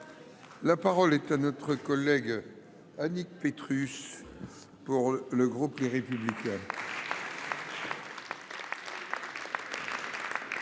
La parole est à Mme Annick Petrus, pour le groupe Les Républicains.